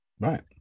Right